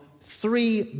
three